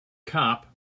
cop